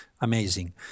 amazing